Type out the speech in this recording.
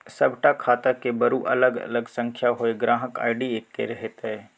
सभटा खाताक बरू अलग अलग संख्या होए ग्राहक आई.डी एक्के हेतै